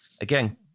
again